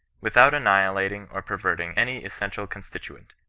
without annihilating or perverting any essential constituent,